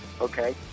Okay